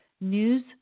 news